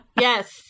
yes